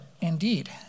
indeed